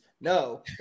No